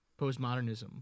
postmodernism